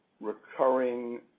recurring